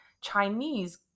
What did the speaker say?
Chinese